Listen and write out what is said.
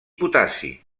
potassi